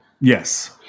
Yes